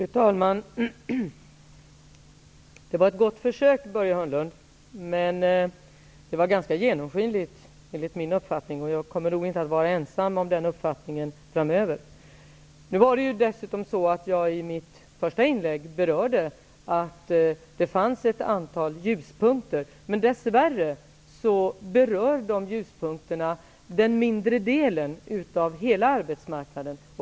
Fru talman! Det var ett gott försök, Börje Hörnlund, men det var ganska genomskinligt. Jag kommer nog inte att vara ensam om den uppfattningen framöver. I mitt första inlägg nämnde jag att det finns ett antal ljuspunkter, men dess värre berör de ljuspunkterna den mindre delen av hela arbetsmarknaden.